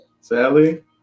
Sally